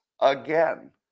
again